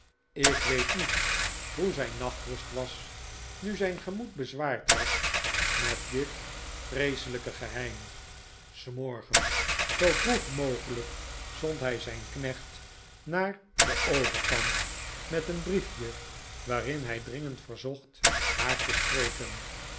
ik weet niet hoe zijn nachtrust was nu zijn gemoed bezwaard was met dit vreeselijke geheim s morgens zoo vroeg mogelijk zond hij zijn knecht naar den overleant met een brief je waarin hij dringend verzocht haar te spreken